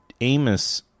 Amos